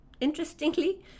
interestingly